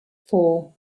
four